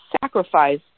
sacrifice